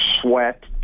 sweat